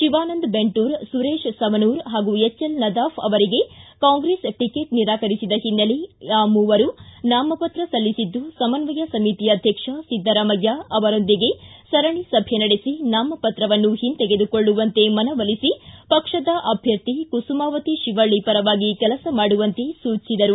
ಶಿವಾನಂದ ಬೆಂಟೂರ್ ಸುರೇಶ ಸವನೂರ್ ಹಾಗೂ H L Nadaf ಅವರಿಗೆ Congress ticket ನಿರಾಕರಿಸಿದ ಹಿನ್ನೆಲೆ ಆ ಮೂವರು ನಾಮಪತ್ರ ಸಲ್ಲಿಸಿದ್ದು ಸಮನ್ವಯ ಸಮಿತಿ ಅಧ್ವಕ್ಷ ಸಿದ್ದರಾಮಯ್ಯ ಅವರೊಂದಿಗೆ ಸರಣಿ ಸಭೆ ನಡೆಸಿ ನಾಮಪತ್ರವನ್ನು ಹಿಂತೆದುಕೊಳ್ಳುವಂತೆ ಮನವೊಲಿಸಿ ಪಕ್ಷದ ಅಭ್ಯರ್ಥಿ ಕುಸುಮಾವತಿ ಶಿವಳ್ಳಿ ಪರವಾಗಿ ಕೆಲಸ ಮಾಡುವಂತೆ ಸೂಚಿಸಿದರು